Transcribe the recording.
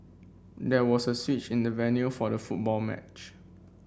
there was a switch in the venue for the football match